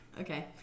Okay